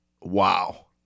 wow